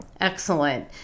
Excellent